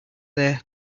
their